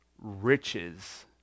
riches